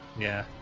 yeah